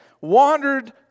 wandered